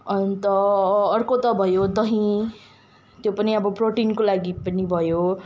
अन्त अर्को त भयो दही त्यो पनि अब प्रोटिनको लागि पनि भयो